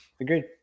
agreed